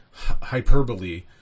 hyperbole